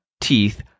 teeth